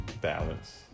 Balance